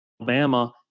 Alabama